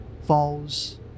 falls